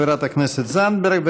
חברת הכנסת זנדברג,